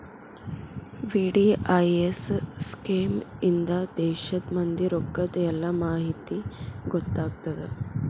VDIS scheme ಇಂದಾ ದೇಶದ್ ಮಂದಿ ರೊಕ್ಕದ್ ಎಲ್ಲಾ ಮಾಹಿತಿ ಗೊತ್ತಾಗತ್ತ